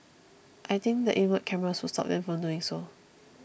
I think the inward cameras would stop them from doing so